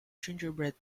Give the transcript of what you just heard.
gingerbread